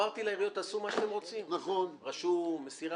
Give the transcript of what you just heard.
אמרתי להם, תעשו מה שאתם רוצים, רשום, מסירה,